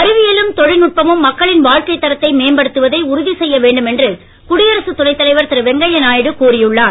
அறிவியலும் தொழில்நுட்பமும் மக்களின் வாழ்க்கை தரத்தை மேம்படுத்துவதில் உறுதி செய்ய வேண்டும் என்று குடியரசு துணைத் தலைவர் திரு வெங்கைய நாயுடு கூறி உள்ளார்